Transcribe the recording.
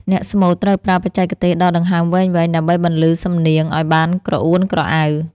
អ្នកស្មូតត្រូវប្រើបច្ចេកទេសដកដង្ហើមវែងៗ ដើម្បីបន្លឺសំនៀងឱ្យបានក្រអួនក្រអៅ។